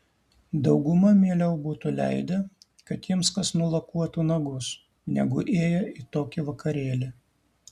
dauguma mieliau būtų leidę kad jiems kas nulakuotų nagus negu ėję į tokį vakarėlį